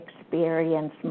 experience